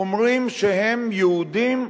אומרים שהם יהודים,